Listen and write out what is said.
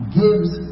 gives